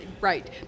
Right